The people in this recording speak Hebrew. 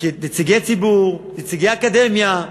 נציגי ציבור, נציגי אקדמיה,